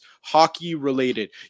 hockey-related